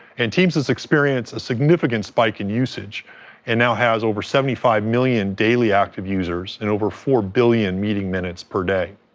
and teams has experienced a significant spike in usage and now, has over seventy five million daily active users and over four billion meeting minutes per day.